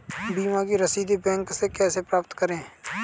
बीमा की रसीद बैंक से कैसे प्राप्त करें?